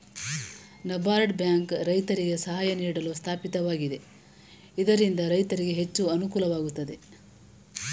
NABARD bank ರೈತರಿಗೆ ಸಹಾಯ ನೀಡಲು ಸ್ಥಾಪಿತವಾಗಿದೆ ಇದರಿಂದ ರೈತರಿಗೆ ಹೆಚ್ಚು ಅನುಕೂಲವಾಗುತ್ತದೆ